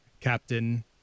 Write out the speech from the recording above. Captain